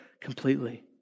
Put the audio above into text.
completely